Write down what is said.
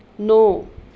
ਨੌ